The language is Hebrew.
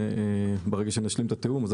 ברגע שנשלים את התיאום.